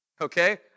okay